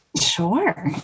Sure